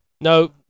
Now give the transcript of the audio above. No